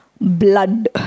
blood